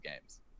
games